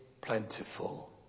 plentiful